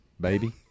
baby